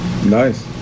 Nice